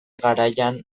garaian